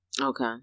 Okay